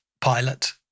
pilot